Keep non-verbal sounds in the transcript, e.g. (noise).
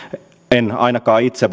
en ainakaan itse (unintelligible)